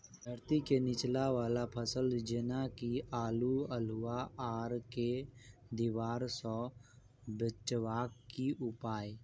धरती केँ नीचा वला फसल जेना की आलु, अल्हुआ आर केँ दीवार सऽ बचेबाक की उपाय?